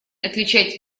отличать